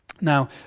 Now